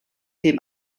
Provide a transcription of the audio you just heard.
dem